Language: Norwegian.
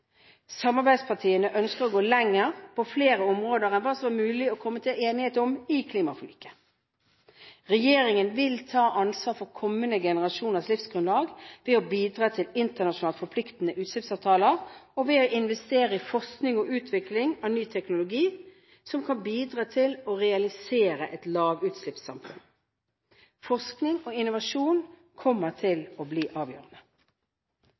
Samarbeidspartiene ønsket å gå lenger på flere områder enn hva det var mulig å komme til enighet om i klimaforliket. Regjeringen vil ta ansvar for kommende generasjoners livsgrunnlag ved å bidra til internasjonalt forpliktende utslippsavtaler og ved å investere i forskning og utvikling av ny teknologi som kan bidra til å realisere et lavutslippssamfunn. Forskning og innovasjon kommer til å bli avgjørende.